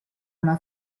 una